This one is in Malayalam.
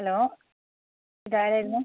ഹലോ ഇതാരായിരുന്നു